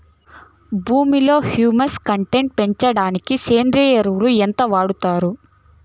భూమిలో humus content పెంచడానికి సేంద్రియ ఎరువు ఎంత వాడుతారు